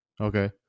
okay